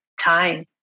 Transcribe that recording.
time